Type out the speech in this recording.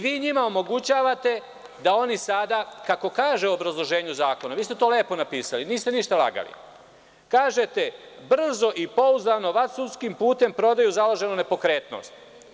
Vi njima omogućavate da oni sada, kako se kaže u obrazloženju zakona, vi ste to lepo napisali, niste ništa lagali, brzo i pouzdano vansudskim putem prodaju založenu nepokretnost.